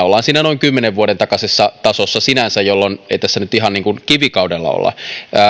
ollaan siinä noin kymmenen vuoden takaisessa tasossa sinänsä jolloin ei tässä nyt ihan kivikaudella olla